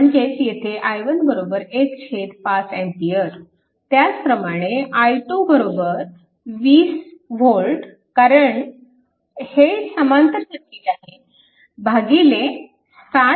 म्हणजेच येथे i1 1 5A त्याचप्रमाणे i2 20V कारण हे समांतर सर्किट आहे भागिले 60Ω